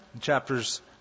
Chapters